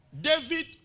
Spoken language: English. David